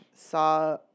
saw